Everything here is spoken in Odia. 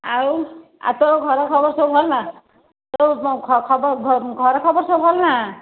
ଆଉ ଆଉ ତୋର ଘର ଖବର ସବୁ ଭଲ ନା ତୋ ଘର ଖବର ସବୁ ଭଲ ନା